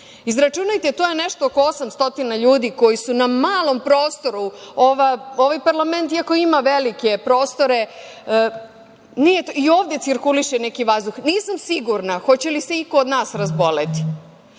Izračunajte, to je nešto oko 800 ljudi koji su na malom prostoru. Ovaj parlament iako ima velike prostore i cirkuliše neki vazduh, nisam sigurna hoće li se i ko od nas razboleti?